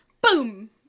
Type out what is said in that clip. boom